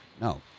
No